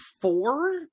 four